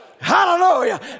Hallelujah